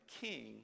king